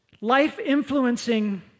life-influencing